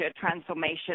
transformation